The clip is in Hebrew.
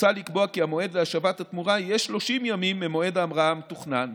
מוצע לקבוע כי המועד להשבת התמורה יהיה 30 ימים ממועד ההמראה המתוכנן,